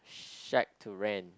shack to rent